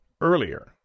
Earlier